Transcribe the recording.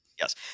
Yes